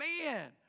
man